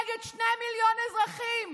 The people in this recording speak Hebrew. נגד שני מיליון אזרחים